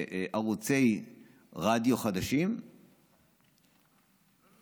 ערוצי רדיו חדשים וקיבלו רישיונות,